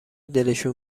دلشون